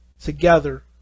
together